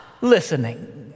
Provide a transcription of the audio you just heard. listening